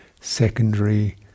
secondary